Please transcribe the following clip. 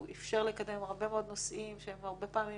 הוא אפשר לקדם הרבה מאוד נושאים שהם הרבה פעמים